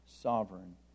sovereign